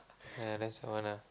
ah that's one lah